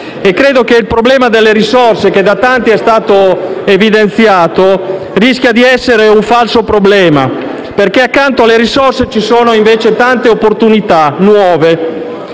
Credo che il problema delle risorse che da tanti è stato evidenziato rischi di essere un falso problema, perché accanto alle risorse ci sono tante opportunità nuove